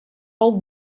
pel